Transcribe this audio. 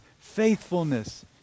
faithfulness